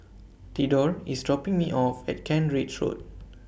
Thedore IS dropping Me off At Kent Ridge Road